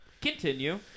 Continue